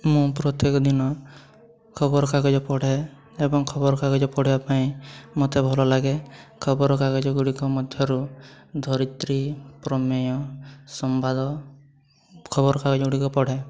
ମୁଁ ପ୍ରତ୍ୟେକ ଦିନ ଖବରକାଗଜ ପଢ଼େ ଏବଂ ଖବରକାଗଜ ପଢ଼ିବାପାଇଁ ମୋତେ ଭଲ ଲାଗେ ଖବରକାଗଜ ଗୁଡ଼ିକ ମଧ୍ୟରୁ ଧରିତ୍ରୀ ପ୍ରମେୟ ସମ୍ବାଦ ଖବରକାଗଜ ଗୁଡ଼ିକ ପଢ଼େ